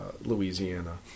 Louisiana